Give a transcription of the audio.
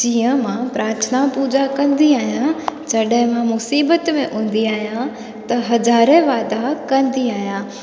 जीअं मां प्रार्थना पूॼा कंदी आहियां जॾहिं मां मुसीबत में हूंदी आहियां त हज़ारे वादा कंदी आहियां